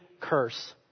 curse